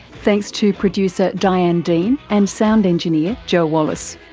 thanks to producer diane dean and sound engineer joe wallace.